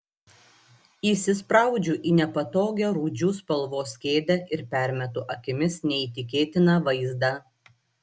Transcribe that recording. įsispraudžiu į nepatogią rūdžių spalvos kėdę ir permetu akimis neįtikėtiną vaizdą